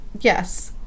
yes